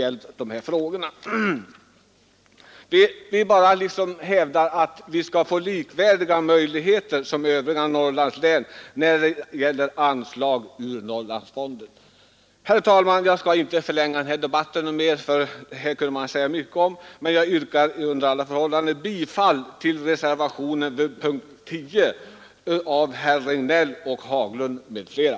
Vi hävdar därför att vi bör få likvärdiga möjligheter som de övriga länen när det gäller anslag ur Norrlandsfonden. Herr talman! Jag skulle kunna säga mycket om denna fråga, men jag skall inte förlänga debatten. Jag yrkar bifall till reservationen vid punkten 10 av herr Regnéll m.fl.